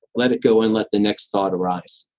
let it go, and let the next thought arise